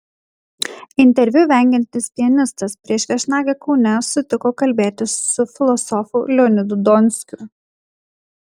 interviu vengiantis pianistas prieš viešnagę kaune sutiko kalbėtis su filosofu leonidu donskiu